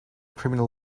criminal